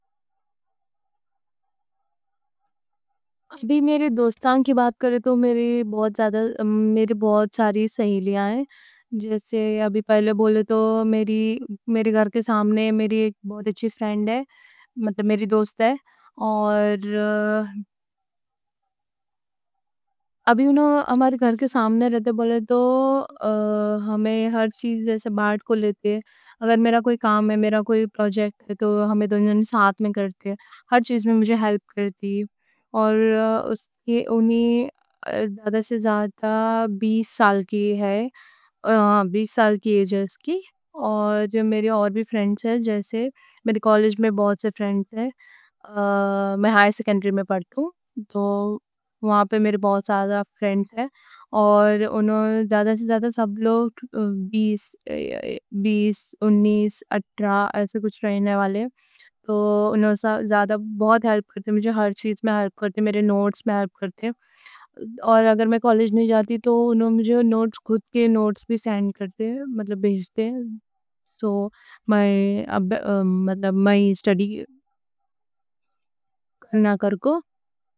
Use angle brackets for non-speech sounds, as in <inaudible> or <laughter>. ابھی میری دوستان کی بات کرے تو، مطلب میری بہت ساری سہیلیاں ہیں۔ جیسے ابھی پہلے بولے تو، میرے گھر کے سامنے میری ایک بہت اچھی فرینڈ ہے، مطلب میری دوست ہے۔ اور <hesitation> ابھی انہوں ہمارے گھر کے سامنے رہتے بولے تو ہمیں ہر چیز جیسے بات کو لیتے ہیں۔ ابھی میرا کوئی کام ہے، کوئی پروجیکٹ ہے تو ہم دونوں ساتھ میں کرتے ہیں۔ ہر چیز میں ہیلپ کرتی، اور انہوں زیادہ سے زیادہ بیس سال کی ہے، <hesitation> بیس سال کی ایج ہے اس کی۔ میرے اور بھی فرینڈز ہیں، جیسے میرے کالج میں بہت سے فرینڈز ہیں۔ آ <hesitation> میں ہائی سیکنڈری میں پڑھتا ہوں۔ اور وہاں پہ بہت سارے فرینڈز ہیں، اور وہاں پہ زیادہ سے زیادہ انہوں بیس، انیس، اٹھارہ ایسے کچھ فرینڈز ہیں۔ انہوں ہر چیز میں ہیلپ کرتے ہیں، میرے نوٹس میں ہیلپ کرتے ہیں۔ اور اگر میں کالج نہیں جاتا تو انہوں مجھے خود کے نوٹس بھی سینڈ کرتے۔ مطلب بھیجتے ہیں، تو میں <hesitation> اسٹڈی کرکو۔